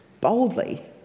boldly